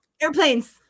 Airplanes